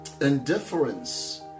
indifference